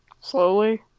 Slowly